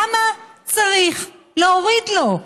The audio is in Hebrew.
למה צריך להוריד לו?